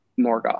Morgoth